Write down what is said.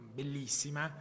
bellissima